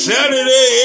Saturday